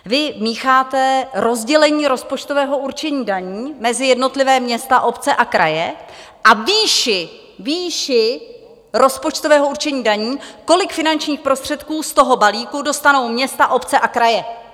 Vy mícháte rozdělení rozpočtového určení daní mezi jednotlivá města, obce a kraje a výši rozpočtového určení daní, kolik finančních prostředků z toho balíku dostanou města, obce a kraje.